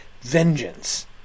vengeance